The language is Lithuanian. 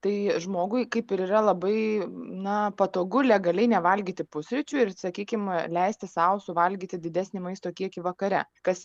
tai žmogui kaip ir yra labai na patogu legaliai nevalgyti pusryčių ir sakykim leisti sau suvalgyti didesnį maisto kiekį vakare kas